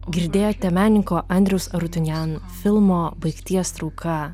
girdėjote menininko andriaus arutinjan filmo baigties trauka